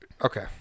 Okay